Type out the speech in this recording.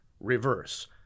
reverse